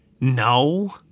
No